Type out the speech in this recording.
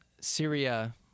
Syria